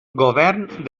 govern